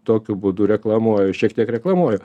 tokiu būdu reklamuoju šiek tiek reklamuoju